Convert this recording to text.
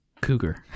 cougar